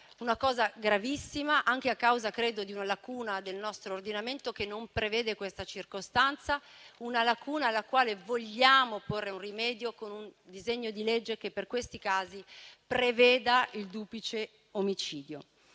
Una cosa gravissima, avvenuta credo anche a causa del nostro ordinamento che non prevede questa circostanza. Una lacuna alla quale vogliamo porre rimedio con un disegno di legge che per questi casi preveda il duplice omicidio.